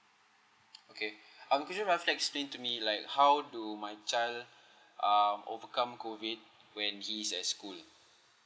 okay um could you roughly explain to me like how do my child um overcome COVID when he's at school